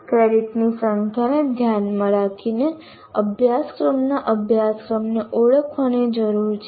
ક્રેડિટની સંખ્યાને ધ્યાનમાં રાખીને અભ્યાસક્રમના અભ્યાસક્રમને ઓળખવાની જરૂર છે